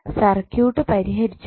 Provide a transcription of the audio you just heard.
circuit പരിഹരിച്ചപ്പോൾ